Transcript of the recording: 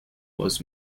was